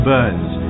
Burns